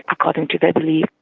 according to their belief,